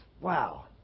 wow